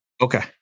Okay